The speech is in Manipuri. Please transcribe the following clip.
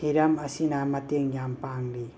ꯍꯤꯔꯝ ꯑꯁꯤꯅꯥ ꯃꯇꯦꯡ ꯌꯥꯝ ꯄꯥꯡꯂꯤ